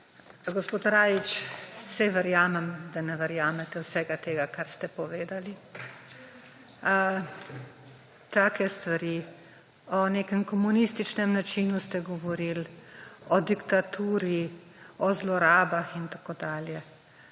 Gospod Rajić, saj verjamem, da ne verjamete vsega tega kar ste povedali. Take stvari, o nekem komunističnem načinu ste govoril, o diktaturi, o zlorabah in tako dalje.